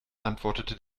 antwortete